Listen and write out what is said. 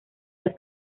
del